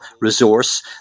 resource